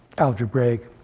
algebraic